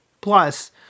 plus